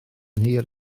hir